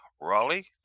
Raleigh